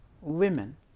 women